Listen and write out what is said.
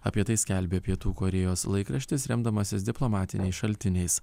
apie tai skelbė pietų korėjos laikraštis remdamasis diplomatiniais šaltiniais